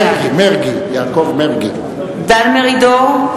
בעד דן מרידור,